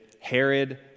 Herod